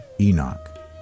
Enoch